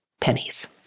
pennies